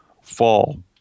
fall